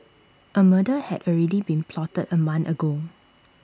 A murder had already been plotted A month ago